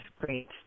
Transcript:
great